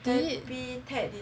is it